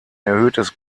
erhöhtes